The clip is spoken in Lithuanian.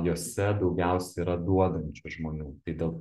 jose daugiausia yra duodančių žmonių tai dėl